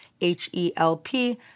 H-E-L-P